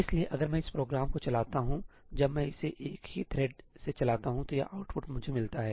इसलिए अगर मैं इस प्रोग्राम को चलाता हूं इसलिए जब मैं इसे एक ही थ्रेड् से चलाता हूं तो यह आउटपुट मुझे मिलता है